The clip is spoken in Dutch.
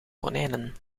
konijnen